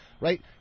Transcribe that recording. right